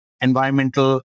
Environmental